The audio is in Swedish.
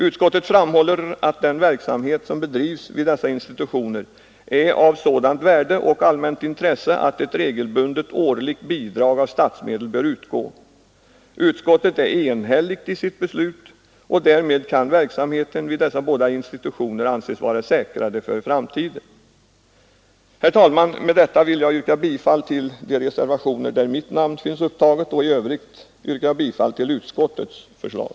Utskottet framhåller att den verksamhet som bedrivs vid dessa institutioner är av sådant värde och allmänt intresse att ett regelbundet årligt bidrag av statsmedel bör utgå. Utskottet är enhälligt i sitt beslut. Därmed kan verksamheten vid dessa båda institutioner anses vara säkrad för framtiden. Herr talman! Med detta vill jag yrka bifall till de reservationer där mitt namn finns upptaget, och i övrigt yrkar jag bifall till utskottets hemställan.